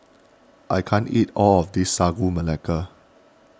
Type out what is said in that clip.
I can't eat all of this Sagu Melaka